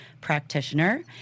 practitioner